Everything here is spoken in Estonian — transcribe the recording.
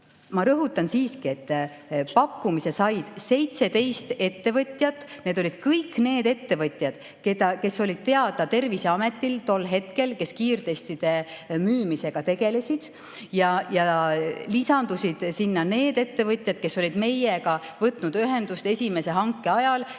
Ma rõhutan siiski, et pakkumise said 17 ettevõtjat. Need olid kõik need ettevõtjad, kes olid Terviseametile tol hetkel kiirtestide müümisega seoses teada. Sinna lisandusid need ettevõtjad, kes olid meiega võtnud ühendust esimese hanke ajal